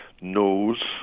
knows